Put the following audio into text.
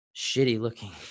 shitty-looking